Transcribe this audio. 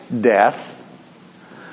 death